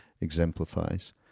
exemplifies